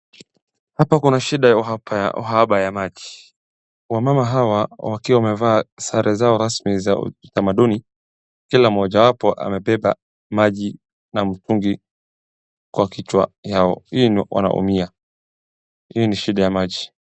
Hapa kuna shida ya uhaba ya maji. Wamama hawa wakiwa wamevaa sare zao rasmi za kitamannduni kila mojawapo amebeba maji na mtungi kwa kichwa yao, hii wanaumia. Hii ni shida ya maji.